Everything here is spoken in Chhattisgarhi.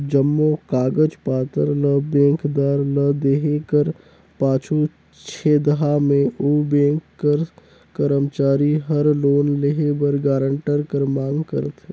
जम्मो कागज पाथर ल बेंकदार ल देहे कर पाछू छेदहा में ओ बेंक कर करमचारी हर लोन लेहे बर गारंटर कर मांग करथे